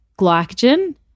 glycogen